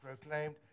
proclaimed